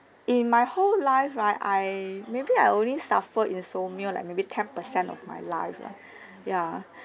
in my whole life right I maybe I only suffer insomnia like maybe ten percent of my life lah ya